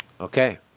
Okay